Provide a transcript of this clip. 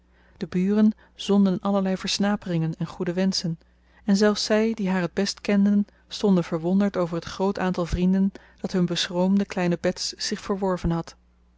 de buren zonden allerlei versnaperingen en goede wenschen en zelfs zij die haar het best kenden stonden verwonderd over het groot aantal vrienden dat hun beschroomde kleine bets zich verworven had